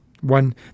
one